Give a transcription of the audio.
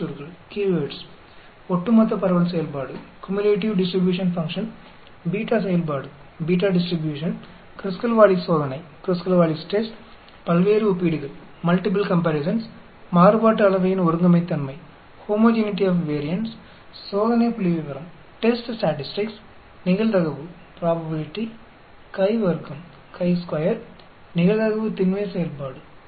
முக்கியச் சொற்கள் ஒட்டுமொத்த பரவல் செயல்பாடு பீட்டா செயல்பாடு க்ருஸ்கல் வாலிஸ் சோதனை பல்வேறு ஒப்பீடுகள் மாறுபாட்டு அளவையின் ஒருங்கமைத்தன்மை சோதனை புள்ளிவிவரம் நிகழ்தகவு கை வர்க்கம் நிகழ்தகவு திண்மை செயல்பாடு